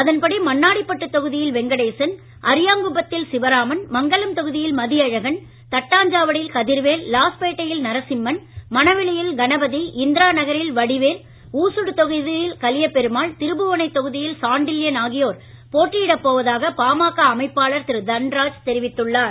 அதன்படி மண்ணாடிப்பட்டு தொகுதியில் வெங்கடேசன் அரியாங்குப்பத்தில் சிவராமன் மங்கலம் தொகுதியில் மதியழகன் தட்டாஞ்சாவடியில் கதிர்வேல் லாஸ்பேட்டையில் நரசிம்மன் மணவெளியில் கணபதி இந்திராநகரில் வடிவேல் ஊசுடு தொகுதியில் கலியபெருமாள் திருபுவனை தொகுதியில் சாண்டில்யன் ஆகியோர் போட்டியிட போவதாக பாமக அமைப்பாளர் திரு தன்ராஜ் தெரிவித்துள்ளார்